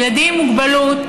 ילדים עם מוגבלות,